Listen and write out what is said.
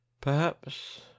Perhaps